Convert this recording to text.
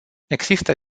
există